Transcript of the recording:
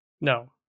No